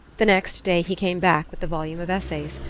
the next day he came back with the volume of essays.